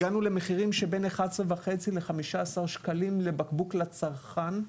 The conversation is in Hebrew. הגענו למחירים שבין 11.5 ל-15 שקלים לבקבוק לצרכן.